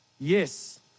Yes